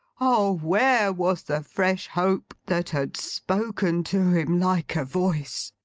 oh where was the fresh hope that had spoken to him like a voice!